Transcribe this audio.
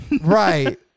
Right